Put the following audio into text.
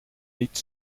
niet